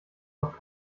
noch